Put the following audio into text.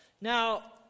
Now